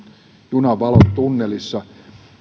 junan valo tunnelissa